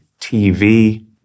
TV